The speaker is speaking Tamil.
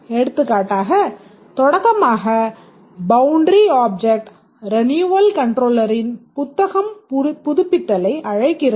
எடுத்துக்காட்டாக தொடக்கமாக பவுண்டரி ஆப்ஜெக்ட் ரின்யுவல் கன்ட்ரோலரின் புத்தகம் புதுப்பித்தலை அழைக்கிறது